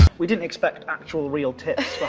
we didn't expect actual real tips